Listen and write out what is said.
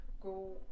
go